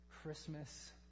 christmas